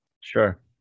Sure